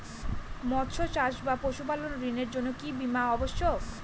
মৎস্য চাষ বা পশুপালন ঋণের জন্য কি বীমা অবশ্যক?